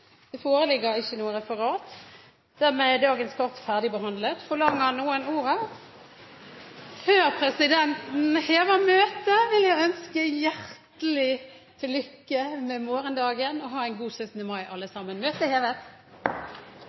Det foreligger ikke noe referat. Dermed er dagens kart ferdigbehandlet. Forlanger noen ordet? Før presidenten hever møtet, vil presidenten ønske hjertelig til lykke med morgendagen. Ha en god 17. mai, alle sammen. – Møtet er hevet.